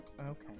Okay